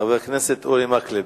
חבר הכנסת אורי מקלב.